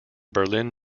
berlin